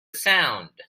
sound